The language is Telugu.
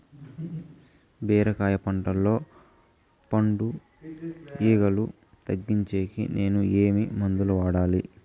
బీరకాయ పంటల్లో పండు ఈగలు తగ్గించేకి నేను ఏమి మందులు వాడాలా?